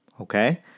okay